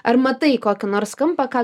ar matai kokį nors kampą ką